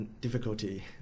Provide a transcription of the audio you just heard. difficulty